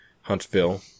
Huntsville